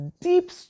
deep